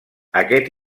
aquest